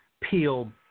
Peel